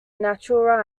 natural